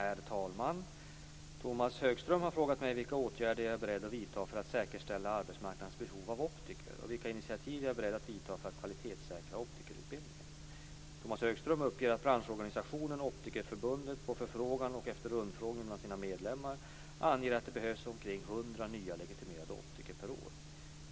Herr talman! Tomas Högström har frågat mig vilka åtgärder jag är beredd att vidta för att säkerställa arbetsmarknadens behov av optiker och vilka initiativ jag är beredd att vidta för att kvalitetssäkra optikerutbildningen. Tomas Högström uppger att branschorganisationen, Optikerförbundet SOR, på förfrågan och efter rundfrågning bland sina medlemmar anger att det behövs omkring 100 nya legitimerade optiker per år.